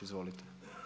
Izvolite.